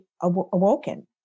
awoken